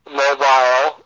mobile